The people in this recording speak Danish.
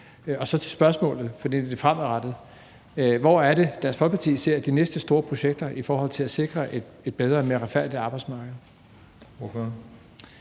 Så er spørgsmålet til det fremadrettede: Hvor er det, Dansk Folkeparti ser de næste store projekter i forhold til at sikre et bedre og mere retfærdigt arbejdsmarked?